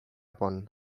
pon